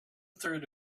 third